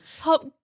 Pop